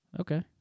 Okay